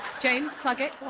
james, plug it.